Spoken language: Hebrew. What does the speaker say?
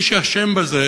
מי שאשם בזה